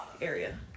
area